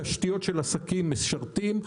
תשתיות של עסקים משרתים.